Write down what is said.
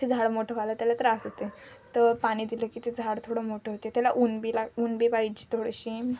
ते झाड मोठं व्हायला त्याला त्रास होते तर पाणी दिलं की ते झाड थोडं मोठं होते त्याला ऊन बी ला ऊन बी पाहिजे थोडीशी